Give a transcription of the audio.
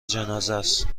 جنازهست